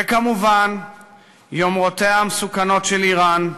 וכמובן יומרותיה המסוכנות של איראן,